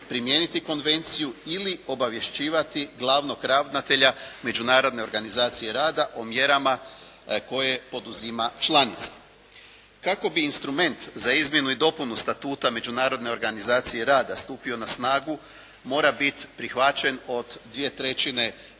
primijeniti konvenciju ili obavješćivati glavnog ravnatelja Međunarodne organizacije rada o mjerama koje poduzima članica. Kako bi instrument za izmjenu i dopunu Statuta Međunarodne organizacije rada stupio na snagu mora biti prihvaćen od 2/3 država